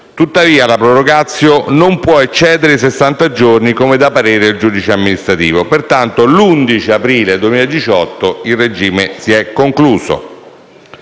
Tuttavia, la *prorogatio* non può eccedere i sessanta giorni come da parere del giudice amministrativo e, pertanto, l'11 aprile 2018 il regime si è concluso.